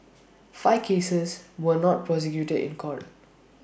five cases were not prosecuted in court